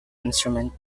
instrument